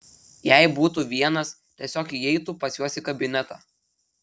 jei būtų vienas tiesiog įeitų pas juos į kabinetą